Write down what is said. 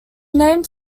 named